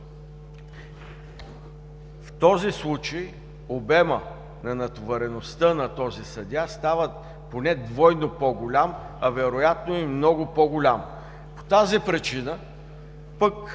в този случай обемът на натовареността на този съдия става поне двойно по-голяма, а вероятно и много по-голям. По тази причина пък